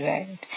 Right